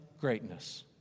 greatness